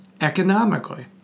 economically